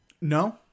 No